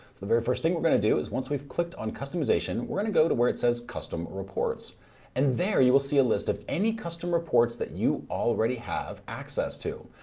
the very first thing we're going to do is once we've clicked on customization we're going to go to where it says custom reports and there you will see a list of any customer reports that you already have access to.